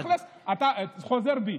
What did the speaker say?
תכלס, חוזר בי.